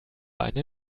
eine